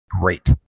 Great